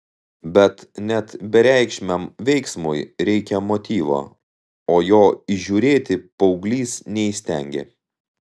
bet net bereikšmiam veiksmui reikia motyvo o jo įžiūrėti paauglys neįstengė